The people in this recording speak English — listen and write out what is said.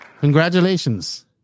Congratulations